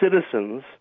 citizens